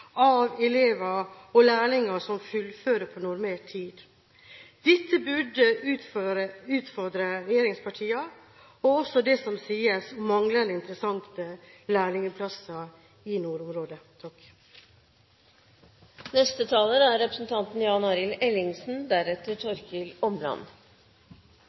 av elever og lærlinger som fullfører på normert tid? Dette burde utfordre regjeringspartiene, og også det som sies om manglende interessante lærlingplasser i nordområdet. Ka farsken! Jeg vet ikke om det er